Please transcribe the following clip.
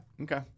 Okay